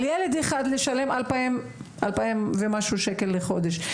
על ילד אחד לשלם 2,000 ומשהו שקל לחודש,